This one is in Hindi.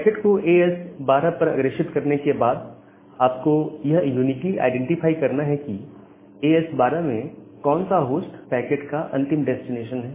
पैकेट को ए एस 12 पर अग्रेषित करने के बाद आपको यह यूनीकली आईडेंटिफाई करना है कि ए एस 12 में कौन सा होस्ट पैकेट का अंतिम डेस्टिनेशन है